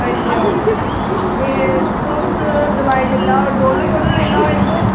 अच्छा ते तुस दवाई ली लैओ डोलो शोलो ले लैओ इक दो